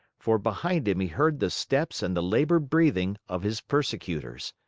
for behind him he heard the steps and the labored breathing of his persecutors.